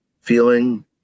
feeling